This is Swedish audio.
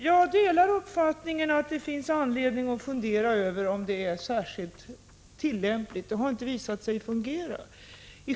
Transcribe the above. Jag delar uppfattningen att det finns anledning att fundera över om den här ordningen är särskilt tillämplig — den har inte visat sig fungera.